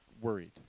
worried